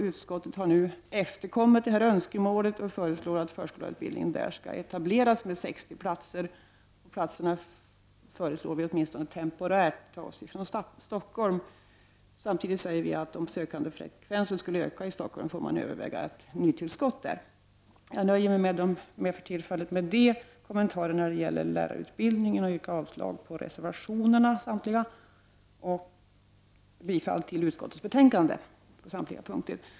Utskottet efterkommer nu dessa önskemål och föreslår att förskollärarutbildning där skall etableras med 60 platser. Platserna föreslås, åtminstone temporärt, tas från Stockholm. Samtidigt säger vi att om sökandefrekvensen skulle öka i Stockholm, får man överväga ett nytillskott av platser där. Jag nöjer mig för tillfället med dessa kommentarer avseende lärarutbildningen och yrkar avslag på samtliga reservationer som är fogade till betänkande 22 och bifall till utskottets betänkande på samtliga punkter.